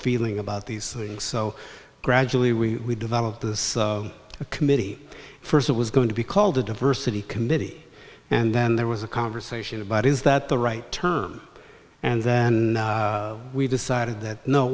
feeling about these things so gradually we developed this committee first it was going to be called the diversity committee and then there was a conversation about is that the right term and then we decided that no